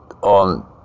on